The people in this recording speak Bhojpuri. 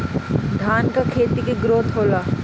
धान का खेती के ग्रोथ होला?